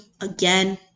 again